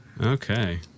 Okay